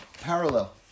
parallel